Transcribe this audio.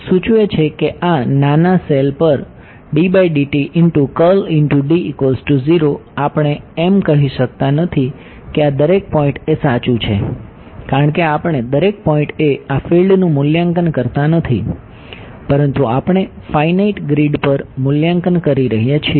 તેથી તે સૂચવે છે કે આ નાના સેલ પર આપણે એમ કહી શકતા નથી કે આ દરેક પોઈન્ટ એ સાચું છે કારણ કે આપણે દરેક પોઈન્ટએ આ ફિલ્ડનું મૂલ્યાંકન કરતા નથી પરંતુ આપણે ફાઇનાઇટ ગ્રીડ પર મૂલ્યાંકન કરી રહ્યા છીએ